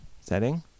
setting